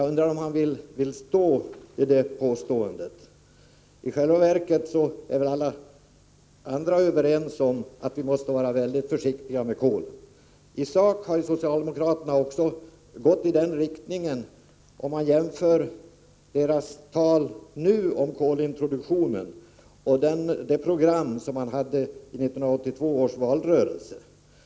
Jag undrar om han vill vidhålla det påståendet. I själva verket är väl alla andra överens om att vi måste vara väldigt försiktiga när det gäller kolbränslena. Om man jämför den inställning till kolintroduktionen som socialdemokraterna nu har med den de redovisat i sitt program i 1982 års valrörelse finner man att deras tal nu går i en annan riktning.